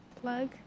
plug